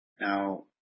Now